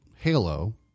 Halo